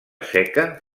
seca